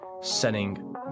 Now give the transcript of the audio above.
setting